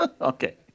Okay